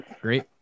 great